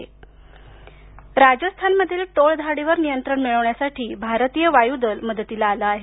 राजर्थान राजस्थानमधील टोळधाडीवर नियंत्रण मिळवण्यासाठी भारतीय वायु दल मदतीला आलं आहे